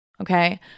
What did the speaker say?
Okay